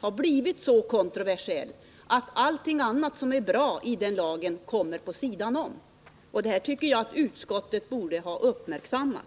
har blivit så kontroversiell att allt det som är bra i lagstiftningen undanskyms. Det tycker jag att utskottet borde ha uppmärksammat.